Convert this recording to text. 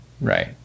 Right